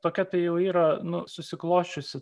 tokia tai jau yra nuo susiklosčiusi